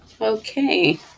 Okay